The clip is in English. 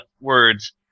words